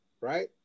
Right